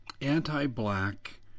anti-black